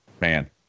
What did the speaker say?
man